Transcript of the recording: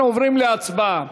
אנחנו עוברים להצבעה.